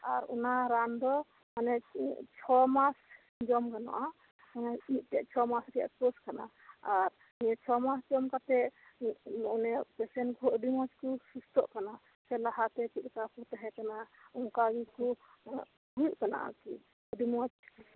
ᱟᱨ ᱚᱱᱟ ᱨᱟᱱ ᱫᱚ ᱛᱩᱨᱩᱭ ᱪᱟᱸᱫᱳ ᱡᱚᱢ ᱜᱟᱱᱚᱜᱼᱟ ᱢᱟᱱᱮ ᱢᱤᱫᱴᱷᱮᱡ ᱛᱩᱨᱩᱭ ᱪᱟᱸᱫᱳ ᱨᱮᱭᱟᱜ ᱠᱳᱨᱥ ᱠᱟᱱᱟ ᱟᱨ ᱱᱤᱭᱟᱹ ᱛᱩᱨᱩᱭ ᱪᱟᱸᱫᱳ ᱡᱚᱢ ᱠᱟᱛᱮ ᱪᱮᱥᱮᱱᱴ ᱠᱚᱦᱚᱸ ᱟᱹᱰᱤ ᱢᱚᱸᱡ ᱠᱚ ᱥᱩᱥᱛᱷᱚᱜ ᱠᱟᱱᱟ ᱥᱮ ᱞᱟᱦᱟ ᱛᱮᱦᱚᱸ ᱪᱮᱫ ᱞᱮᱠᱟ ᱠᱚ ᱛᱟᱦᱮᱸᱠᱟᱱᱟ ᱚᱱᱠᱟ ᱜᱮᱠᱚ ᱦᱩᱭᱩᱜ ᱠᱟᱱᱟ ᱟᱨᱠᱤ ᱟᱹᱰᱤ ᱢᱚᱸᱡ